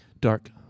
dark